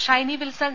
Shiny Wilson